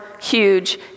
huge